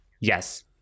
Yes